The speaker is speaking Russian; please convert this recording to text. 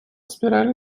спирали